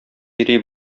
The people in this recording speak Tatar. йөри